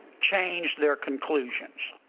changed their conclusions?